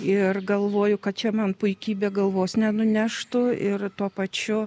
ir galvoju kad čia man puikybė galvos nenuneštų ir tuo pačiu